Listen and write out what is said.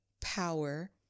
power